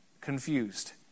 confused